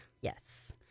Yes